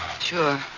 Sure